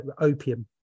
opium